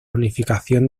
unificación